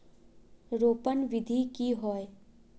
रोपण विधि की होय?